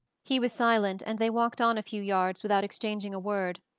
he was silent, and they walked on a few yards without exchanging a word.